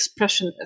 expressionist